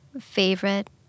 favorite